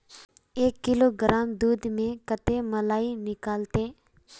एक किलोग्राम दूध में कते मलाई निकलते?